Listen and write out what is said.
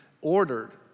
ordered